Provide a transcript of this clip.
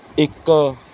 ਇੱਕ